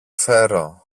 φέρω